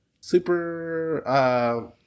super